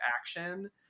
action